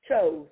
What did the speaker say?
chose